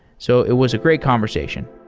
so it was a great conversation.